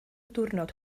diwrnod